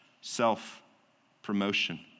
self-promotion